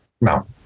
No